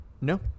no